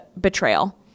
betrayal